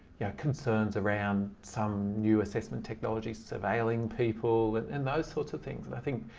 yeah concerns around some new assessment technology surveilling people and those sorts of things and i think,